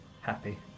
happy